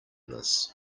this